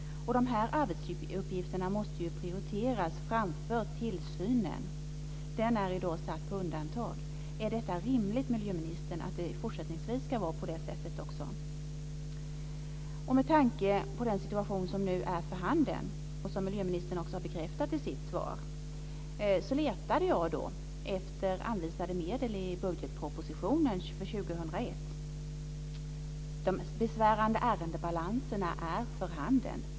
Och de här arbetsuppgifterna måste ju prioriteras framför tillsynen, som då är satt på undantag. Är det rimligt, miljöministern, att det även fortsättningsvis ska vara på det sättet? Med tanke på den situation som nu är för handen, som miljöministern också har bekräftat i sitt svar, letade jag efter anvisade medel i budgetpropositionen för 2001. Det är besvärande ärendebalanser.